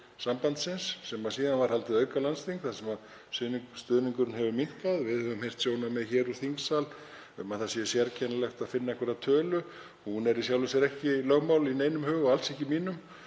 sambandsins, en síðan var haldið aukalandsþing þar sem fram kom að stuðningurinn hefur minnkað. Við höfum heyrt sjónarmið hér úr þingsal um að það sé sérkennilegt að finna einhverja tölu. Hún er í sjálfu sér ekki lögmál í huga neins og alls ekki í mínum.